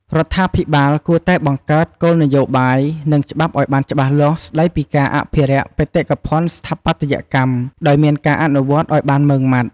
រដ្ឋាភិបាលគួរតែបង្កើតគោលនយោបាយ និងច្បាប់ឱ្យបានច្បាស់លាស់ស្តីពីការអភិរក្សបេតិកភណ្ឌស្ថាបត្យកម្ម ដោយមានការអនុវត្តឱ្យបានម៉ឺងម៉ាត់។